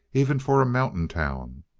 even for a mountain town.